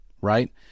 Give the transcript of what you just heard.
right